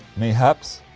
mayhaps.